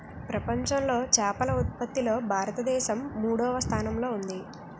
ప్రపంచంలో చేపల ఉత్పత్తిలో భారతదేశం మూడవ స్థానంలో ఉంది